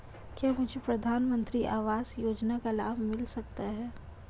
क्या मुझे प्रधानमंत्री आवास योजना का लाभ मिल सकता है?